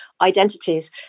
identities